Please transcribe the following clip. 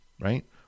right